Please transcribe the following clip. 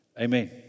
Amen